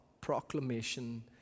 proclamation